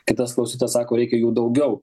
kitas klausytojas sako reikia jų daugiau